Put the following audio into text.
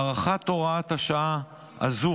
הארכת הוראת השעה הזאת